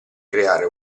creare